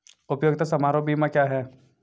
उपयोगिता समारोह बीमा क्या है?